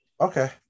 Okay